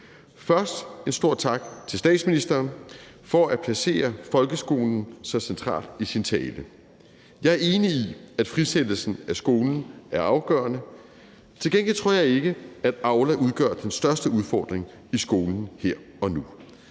Først en stor tak til statsministeren for at placere folkeskolen så centralt i sin tale. Jeg er enig i, at frisættelsen af skolen er afgørende, men til gengæld tror jeg ikke, at Aula udgør den største udfordring i skolen her og nu.